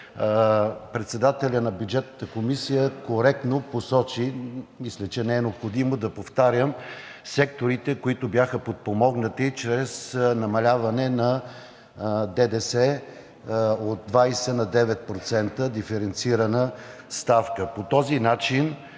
Председателят на бюджетната комисия коректно посочи секторите, мисля, че не е необходимо да повтарям, които бяха подпомогнати чрез намаляване на ДДС от 20 на 9% диференцирана ставка. По този начин